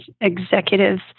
executives